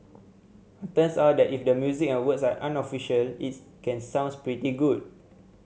turns out that if the music and words are unofficial it can sounds pretty good